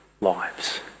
lives